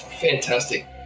Fantastic